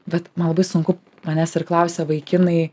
bet man labai sunku manęs ir klausia vaikinai